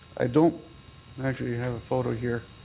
i don't actually have a photo here.